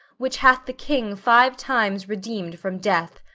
which hath the king five times redeem'd from death.